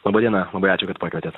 laba diena labai ačiū kad pakvietėte